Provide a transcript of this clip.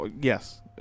yes